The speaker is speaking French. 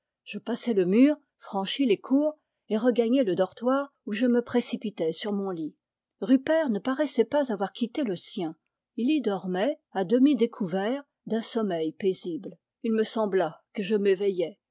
je passai le mur franchis les cours et regagnai le dortoir où je me précipitai sur mon lit ru pert ne paraissait pas avoir quitté le sien il y dormait à demi découvert d'un sommeil paisible il me sembla que je m'éveillais